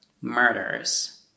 murders